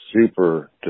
Super